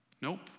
Nope